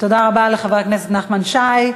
תודה רבה לחבר הכנסת נחמן שי.